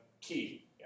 key